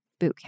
Bootcamp